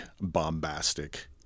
bombastic